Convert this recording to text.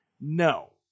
No